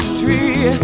tree